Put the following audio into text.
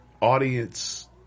audience